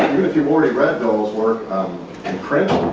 if you've already read donal's work in print,